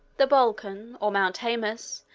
the balkan, or mount haemus,